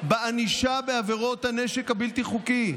בענישה בעבירות הנשק הבלתי-חוקי.